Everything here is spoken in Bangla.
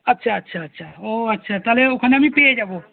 আচ্ছা আচ্ছা আচ্ছা ও আচ্ছা তাহলে ওখানে আমি পেয়ে যাবো